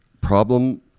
problem